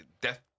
Death